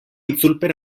itzulpen